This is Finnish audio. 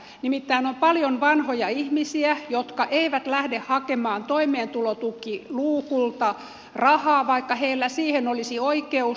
nimittäin on paljon vanhoja ihmisiä jotka eivät lähde hakemaan toimeentulotukiluukulta rahaa vaikka heillä siihen olisi oikeus